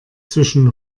zwischen